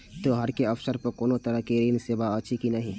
त्योहार के अवसर पर कोनो तरहक ऋण सेवा अछि कि नहिं?